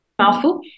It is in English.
mouthful